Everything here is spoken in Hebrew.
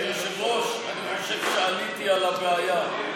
היושב-ראש, אני חושב שעליתי על הבעיה.